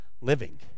living